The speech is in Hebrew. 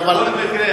בכל מקרה,